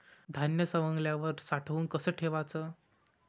धान्य सवंगल्यावर साठवून कस ठेवाच?